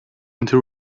into